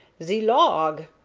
ze log!